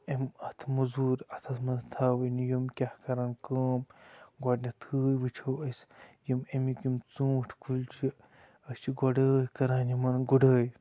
امہِ اَتھ مٔزوٗر اَتھَس منٛز تھاوٕنۍ یِم کیٛاہ کَرَن کٲم گۄڈٕنٮ۪تھٕے وٕچھو أسۍ یِم اَمِکۍ یِم ژوٗنٛٹھۍ کُلۍ چھِ أسۍ چھِ گُڈٲے کَران یِمَن گُڈٲے